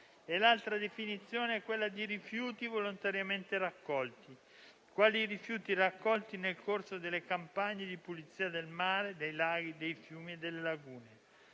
l'altra definizione è quella di rifiuti volontariamente raccolti, nel corso delle campagne di pulizia del mare, dei laghi, dei fiumi e delle lagune.